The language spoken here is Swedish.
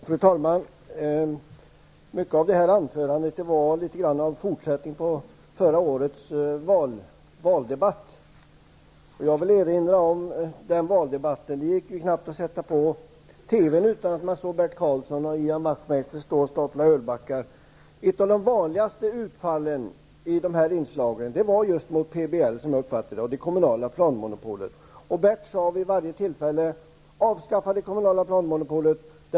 Fru talman! En stor del av detta anförande var en fortsättning på förra årets valdebatt. Jag vill erinra om den valdebatten. Det gick knappt att sätta på TV:n utan att se Bert Karlsson och Ian Wachtmeister stapla ölbackar. Ett av de vanligaste utfallen i dessa inslag, som jag uppfattade det, riktade sig mot PBL och det kommunala planmonopolet. Bert Karlsson sade vid varje tillfälle att det kommunala planmonopolet skulle avskaffas.